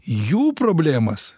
jų problemas